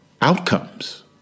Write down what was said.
outcomes